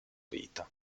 vita